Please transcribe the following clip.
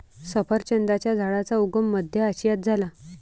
सफरचंदाच्या झाडाचा उगम मध्य आशियात झाला